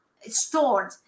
stored